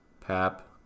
Pap